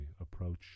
approach